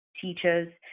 teachers